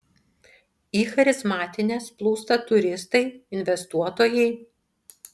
į charizmatines plūsta turistai investuotojai